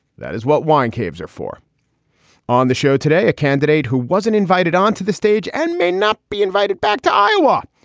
that is what wine caves are for on the show today, a candidate who wasn't invited onto the stage and may not be invited back to iowa.